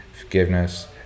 forgiveness